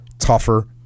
Tougher